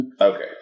Okay